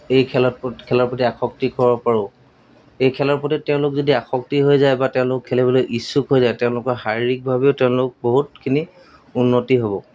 এই খেলত খেলৰ প্ৰতি আসক্তি কৰিব পাৰোঁ এই খেলৰ প্ৰতি তেওঁলোক যদি আসক্তি হৈ যায় বা তেওঁলোক খেলিবলৈ ইচ্ছুক হৈ যায় তেওঁলোকৰ শাৰীৰিকভাৱেও তেওঁলোক বহুতখিনি উন্নতি হ'ব